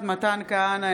אינה נוכחת מתן כהנא,